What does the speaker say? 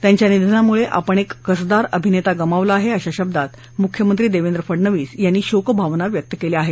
त्यांच्या निधनामुळे आपण एक कसदार अभिनेता गमावला आहे अशा शब्दात मुख्यमंत्री देवेंद्र फडणवीस यांनी शोकभावना व्यक्त केल्या आहेत